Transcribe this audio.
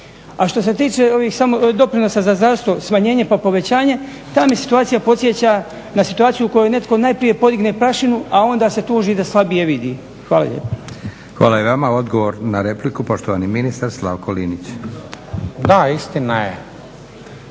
A što se tiče ovih doprinosa za zdravstvo, smanjenje pa povećanje, ta me situacija podsjeća na situaciju u kojoj je netko najprije podigne prašinu, a onda se tuži da slabije vidi. Hvala lijepo. **Leko, Josip (SDP)** Hvala i vama. Odgovor na repliku poštovani ministar Slavko Linić. **Linić,